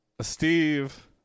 Steve